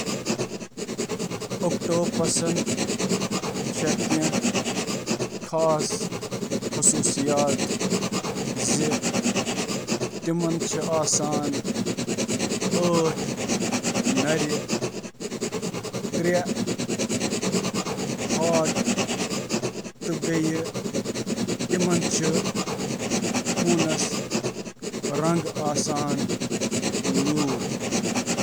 octopus چِھ کیموفلیجٕک master, لفظی طورس پیٹھ چُھ رنگ تبدیل کران، چمک، نمونہٕ تہٕ یوتتھ تام زِ فلیش منز چُھ سادٕہ نظرن منز ژورِ روزنہٕ یا سٲتھی سٕندِ خٲطرٕہ مشتہر کرنہٕ خٲطرٕہ